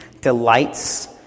delights